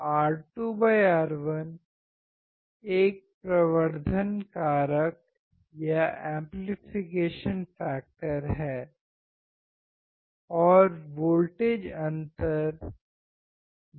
तो R2R1 एक प्रवर्धन कारक है और वोल्टेज अंतर V2 V1 है